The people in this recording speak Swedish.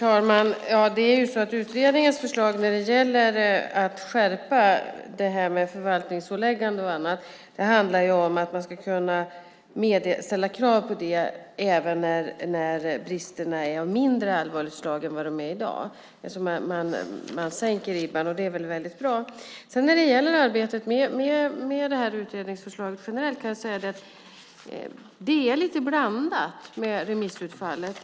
Fru talman! Utredningens förslag när det gäller att skärpa detta med förvaltningsåläggande och annat handlar om att man ska kunna ställa krav även när bristerna är av mindre allvarligt slag - jämfört med vad som i dag gäller. Man höjer alltså ribban, vilket väl är väldigt bra. När det gäller arbetet med utredningsförslaget generellt kan jag säga att det är lite blandat vad gäller remissutfallet.